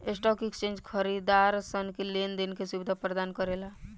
stock exchange खरीदारसन के लेन देन के सुबिधा परदान करेला